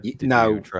No